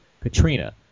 Katrina